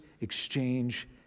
exchange